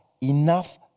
enough